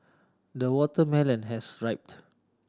the watermelon has ripe